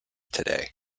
today